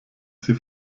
sie